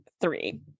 three